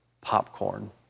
popcorn